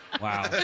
Wow